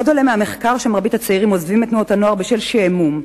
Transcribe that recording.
עוד עולה מהמחקר שמרבית הצעירים עוזבים את תנועות הנוער בשל שעמום.